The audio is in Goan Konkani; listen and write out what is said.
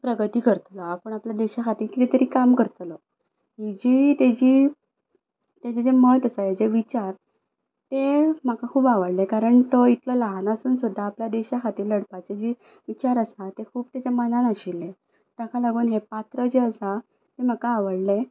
प्रगती करतलो आपूण आपल्या देशा खातीर कितें तरी काम करतलो ही जी तेजी तेजें जें मत आसा हे जे विचार ते म्हाका खूब आवडले कारण तो इतलो ल्हान आसून सुद्दां आपल्या देशा खातीर लडपाची जी विचार आसा ते खूब तेज्या मनान आशिल्ले ताका लागून हें पात्र जें आसा तें म्हाका आवडलें